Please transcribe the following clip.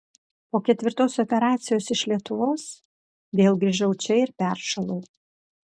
po ketvirtos operacijos iš lietuvos vėl grįžau čia ir peršalau